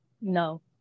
No